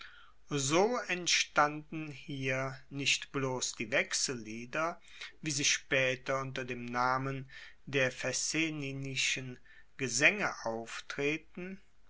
so entstanden hier nicht bloss die wechsellieder wie sie spaeter unter dem namen der fescenninischen gesaenge auftreten